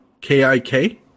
K-I-K